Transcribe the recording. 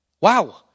Wow